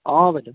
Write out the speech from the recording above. অ বাইদেউ